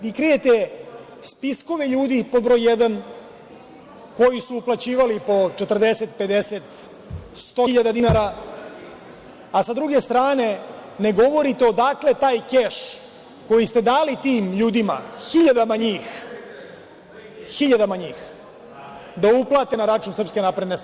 Vi krijete spiskove ljudi, pod broj jedan, koji su uplaćivali po 40, 50, 100 hiljada dinara, a sa druge strane, ne govorite odakle taj keš koji ste dali tim ljudima, hiljadama njih, da uplate na račun SNS.